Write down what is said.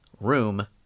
Room